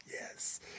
yes